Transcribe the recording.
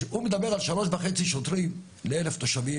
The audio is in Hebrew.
הוא מדבר על 3.5 שוטרים ל-1,000 תושבים,